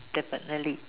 definitely